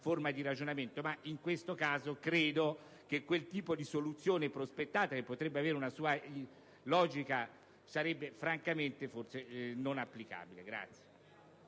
forma di ragionamento, ma in questo caso credo che quel tipo di soluzione prospettata, che potrebbe avere una sua logica sarebbe francamente forse non applicabile.